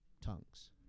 tongues